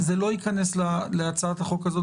זה לא ייכנס להצעת החוק הזאת,